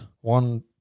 one